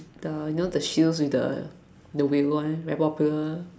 the you know the shoes with the wheel [one] very popular